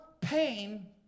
pain